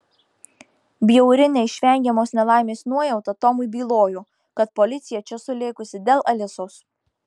bjauri neišvengiamos nelaimės nuojauta tomui bylojo kad policija čia sulėkusi dėl alisos